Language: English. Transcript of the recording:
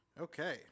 okay